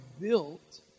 built